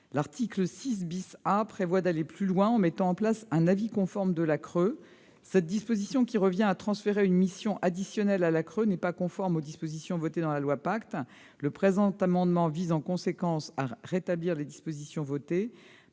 L'article 6 A prévoit d'aller plus loin en mettant en place un « avis conforme » de la CRE. Cette disposition, qui revient à transférer une mission additionnelle à la CRE, n'est pas conforme à ce qui a été voté dans la loi Pacte. Le présent amendement vise en conséquence à rétablir les dispositions votées.